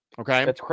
okay